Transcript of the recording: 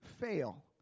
fail